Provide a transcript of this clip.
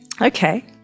okay